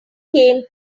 came